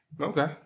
Okay